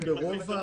בצפת ובעכו,